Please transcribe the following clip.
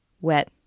wet